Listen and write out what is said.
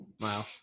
wow